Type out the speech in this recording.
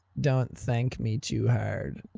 don't thank me too hard.